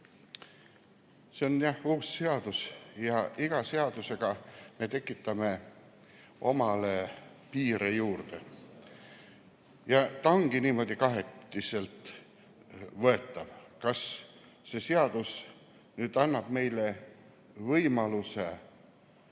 See on jah uus seadus. Iga seadusega me tekitame omale piire juurde. See ongi niimoodi kahetiselt võetav. Kas see seadus annab meile võimaluse ausamalt